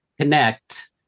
connect